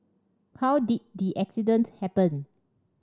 how did the accident happen